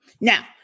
Now